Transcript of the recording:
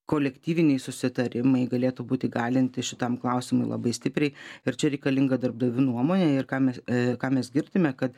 kolektyviniai susitarimai galėtų būt įgalinti šitam klausimui labai stipriai ir čia reikalinga darbdavių nuomonė ir ką mes ką mes girdime kad